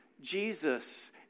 Jesus